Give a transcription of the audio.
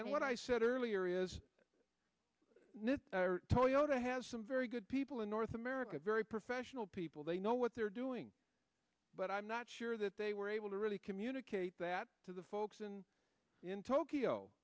and what i said earlier is toyota has some very good people in north america very professional people they know what they're doing but i'm not sure that they were able to really communicate that to the folks in tokyo